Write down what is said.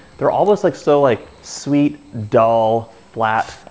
they're almost like so like sweet doll flat.